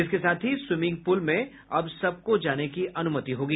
इसके साथ ही स्वीमिंग पुल में अब सबको जाने की अनुमति होगी